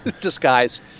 disguise